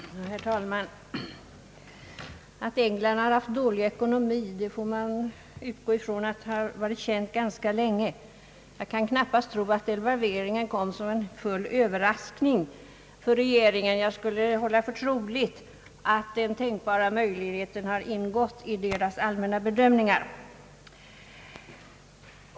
Herr talman! Att England har haft dålig ekonomi får man utgå ifrån har varit känt ganska länge. Jag kan knappast tro att devalveringen kom som en fullständig överraskning för regeringen utan håller för troligt, att denna tänkbara möjlighet har ingått i regeringens allmänna bedömningar.